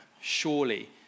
Surely